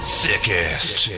sickest